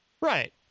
Right